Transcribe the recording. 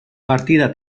partida